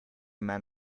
man